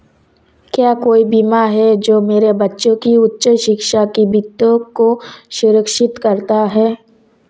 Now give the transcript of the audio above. क्या कोई बीमा है जो मेरे बच्चों की उच्च शिक्षा के वित्त को सुरक्षित करता है?